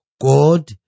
God